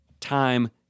time